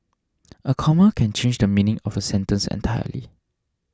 a comma can change the meaning of a sentence entirely